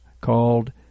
called